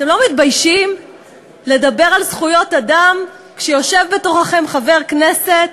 אתם לא מתביישים לדבר על זכויות אדם כשיושב בתוככם חבר כנסת,